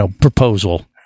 proposal